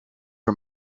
her